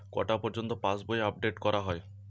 কটা পযর্ন্ত পাশবই আপ ডেট করা হয়?